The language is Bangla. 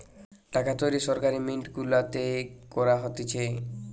টাকা তৈরী সরকারি মিন্ট গুলাতে করা হতিছে